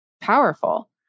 powerful